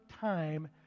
time